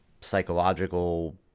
psychological